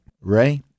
Ray